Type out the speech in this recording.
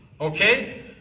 okay